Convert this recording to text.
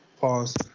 Pause